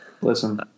Listen